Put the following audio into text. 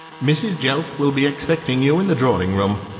mrs. jelf will be expecting you in the drawing-room.